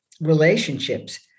relationships